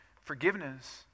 Forgiveness